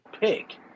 Pick